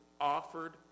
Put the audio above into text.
offered